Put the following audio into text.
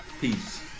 Peace